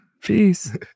peace